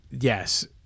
Yes